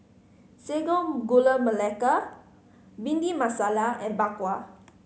Sago Gula Melaka Bhindi Masala and Bak Kwa